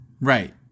Right